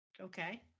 Okay